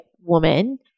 woman